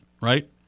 right